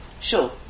Sure